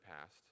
past